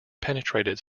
penetrated